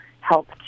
help